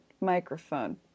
microphone